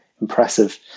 impressive